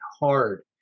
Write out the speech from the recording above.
Hard